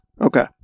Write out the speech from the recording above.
Okay